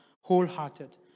wholehearted